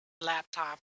Laptop